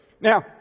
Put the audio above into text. Now